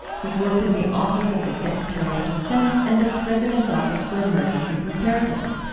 he's worked in the office of the secretary of defense and the president's office for emergency preparedness.